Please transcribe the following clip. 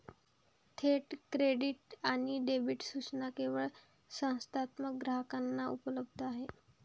थेट क्रेडिट आणि डेबिट सूचना केवळ संस्थात्मक ग्राहकांना उपलब्ध आहेत